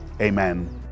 Amen